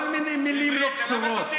כל מיני מילים לא קשורות,